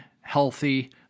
healthy